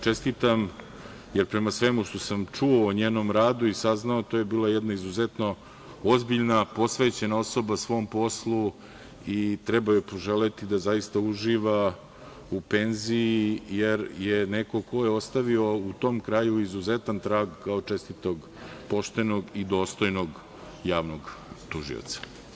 Čestitam joj, jer prema svemu što sam čuo o njenom radu i saznao, to je bila jedna izuzetno ozbiljna, posvećena osoba svom poslu i treba joj poželeti da uživa u penziji, jer je neko ko je ostavio u tom kraju izuzetan trag kao čestitog, poštenog i dostojnog javnog tužioca.